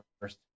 first